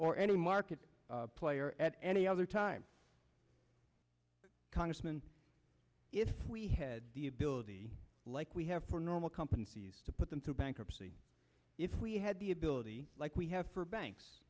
or any market player at any other time congressman if we head the ability like we have for normal competencies to put them through bankruptcy if we had the ability like we have for banks